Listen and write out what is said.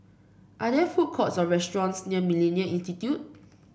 are there food courts or restaurants near MillenniA Institute